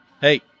hey